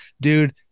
dude